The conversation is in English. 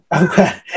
Okay